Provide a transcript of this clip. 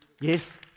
Yes